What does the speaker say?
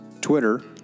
Twitter